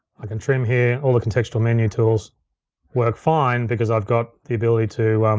i can trim here, all the contextual menu tools work fine because i've got the ability to